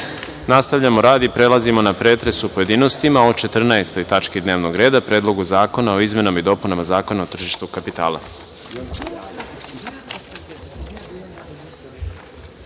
Obradović. Nastavljamo rad i prelazimo na pretres u pojedinostima o 14. tački dnevnog reda – Predlogu zakona o izmenama i dopunama Zakona o tržištu kapitala. Saglasno